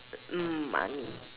mm money